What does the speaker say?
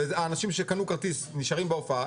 והאנשים שקנו כרטיס נשארים בהופעה,